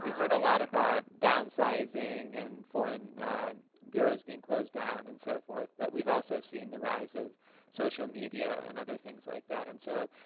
heard a lot about downsizing, and foreign bureaus being closed down, and so forth. but we've also seen the rise of social media and other things like that. and so,